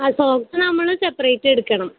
ആ സോക്സ് നമ്മൾ സെപ്പറേറ്റ് എടുക്കണം